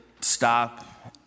stop